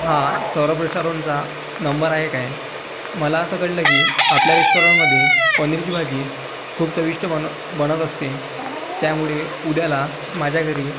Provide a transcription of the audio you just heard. हा सौरब रेस्टॉरोंटचा नंबर आहे काय मला असं कळलं आहे की आपल्या रेस्टॉरंटमधे पनीरची भाजी खूप चविष्ट बन बनत असते त्यामुळे उद्याला माझ्या घरी